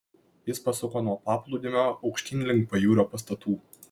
jis pasuko nuo paplūdimio aukštyn link pajūrio pastatų